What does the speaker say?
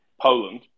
Poland